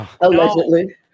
Allegedly